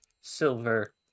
silver